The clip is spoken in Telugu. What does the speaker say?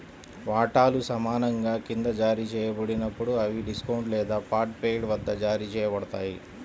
వాటాలు సమానంగా క్రింద జారీ చేయబడినప్పుడు, అవి డిస్కౌంట్ లేదా పార్ట్ పెయిడ్ వద్ద జారీ చేయబడతాయి